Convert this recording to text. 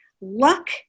luck